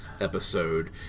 episode